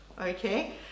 okay